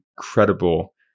incredible